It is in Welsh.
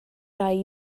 rai